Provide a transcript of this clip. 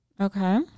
Okay